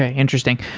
ah interesting.